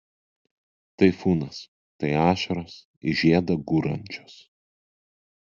taifūnas tai ašaros į žiedą gūrančios